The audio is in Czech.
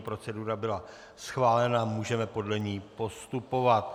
Procedura byla schválena, můžeme podle ní postupovat.